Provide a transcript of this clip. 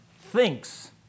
thinks